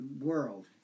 world